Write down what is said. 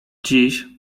dziś